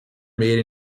made